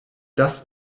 das